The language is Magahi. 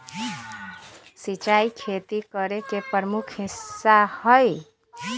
सिंचाई खेती करे के प्रमुख हिस्सा हई